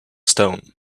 stone